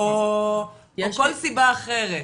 או כל סיבה אחרת.